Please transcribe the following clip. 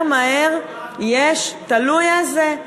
תלוי איזה.